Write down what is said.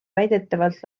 väidetavalt